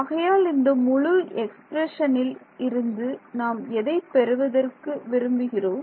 ஆகையால் இந்த முழு எக்ஸ்பிரஷனில் இருந்தும் நாம் எதை பெறுவதற்கு விரும்புகிறோம்